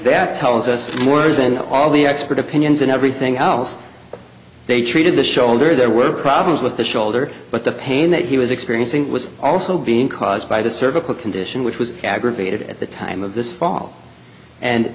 that tells us more than all the expert opinions and everything else they treated the shoulder there were problems with the shoulder but the pain that he was experiencing was also being caused by the cervical condition which was aggravated at the time of this fall and